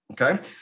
Okay